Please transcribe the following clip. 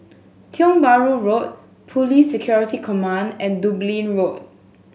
Tiong Bahru Road Police Security Command and Dublin Road